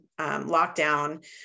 lockdown